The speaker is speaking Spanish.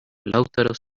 lautaro